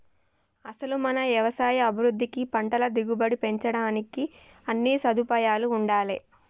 అసలు మన యవసాయ అభివృద్ధికి పంటల దిగుబడి పెంచడానికి అన్నీ సదుపాయాలూ ఉండాలే